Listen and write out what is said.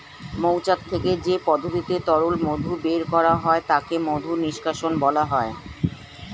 মৌচাক থেকে যে পদ্ধতিতে তরল মধু বের করা হয় তাকে মধু নিষ্কাশণ বলা হয়